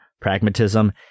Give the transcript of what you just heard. pragmatism